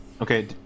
Okay